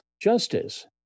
Justice